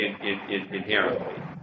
inherently